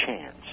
chance